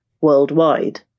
worldwide